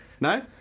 No